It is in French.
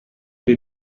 les